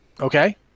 Okay